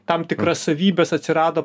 tam tikras savybes atsirado